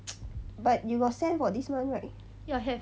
but you will send for this [one] right